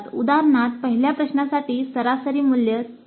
उदाहरणार्थ पहिल्या प्रश्नासाठी सरासरी मूल्य 3